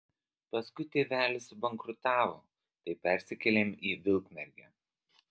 paskui tėvelis subankrutavo tai persikėlėm į vilkmergę